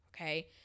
Okay